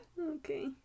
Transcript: Okay